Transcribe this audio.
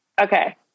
Okay